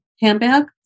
handbag